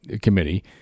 committee